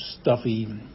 stuffy